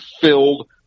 filled